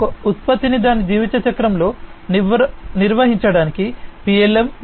ఒక ఉత్పత్తిని దాని జీవితచక్రంలో నిర్వహించడానికి PLM